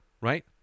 Right